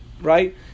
right